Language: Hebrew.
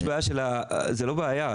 זאת לא בעיה,